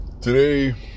Today